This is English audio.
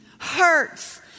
Hurts